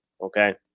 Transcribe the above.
Okay